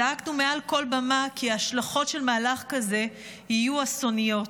זעקנו מעל כל במה כי ההשלכות של מהלך כזה יהיו אסוניות.